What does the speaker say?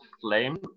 Flame